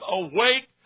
awake